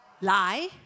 lie